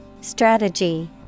Strategy